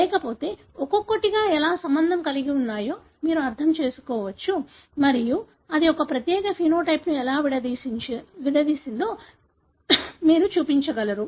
లేకపోతే ఒక్కొక్కటిగా ఎలా సంబంధం కలిగి ఉన్నాయో మీరు అర్థం చేసుకోవచ్చు మరియు అది ఒక ప్రత్యేక ఫెనోటైప్ ను ఎలా విడదీసిందో మీరు చూపించగలరు